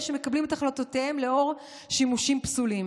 שמקבלים את החלטותיהם לאור שימושים פסולים.